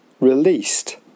released